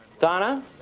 Donna